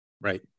Right